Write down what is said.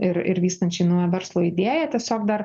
ir ir vystančiai naują verslo idėją tiesiog dar